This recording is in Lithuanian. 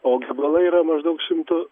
o gabalai yra maždaug šimto